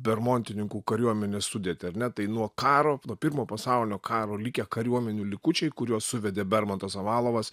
bermontininkų kariuomenės sudėtį ar ne tai nuo karo nuo pirmo pasaulio karo likę kariuomenių likučiai kuriuos suvedė bermontas avalovas